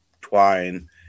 twine